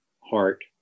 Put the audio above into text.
heart